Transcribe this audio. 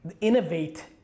innovate